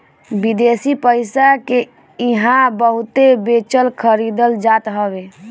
विदेशी पईसा के इहां बहुते बेचल खरीदल जात हवे